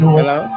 Hello